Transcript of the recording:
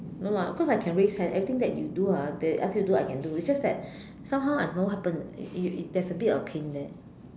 no lah cause I can raise hand everything that you do ah they ask you do I can do it's just that somehow I don't know what happen y~ y~ there is a bit of pain there